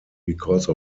because